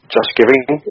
JustGiving